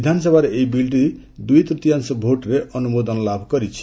ବିଧାନସଭାରେ ଏହି ବିଲ୍ଟି ଦୁଇ ତୃତୀୟାଂଶ ଭୋଟ୍ରେ ଅନୁମୋଦନ ଲାଭ କରିଛି